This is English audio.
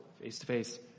face-to-face